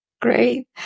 Great